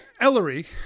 Ellery